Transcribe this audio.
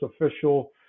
official